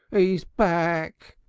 e's back,